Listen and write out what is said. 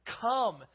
come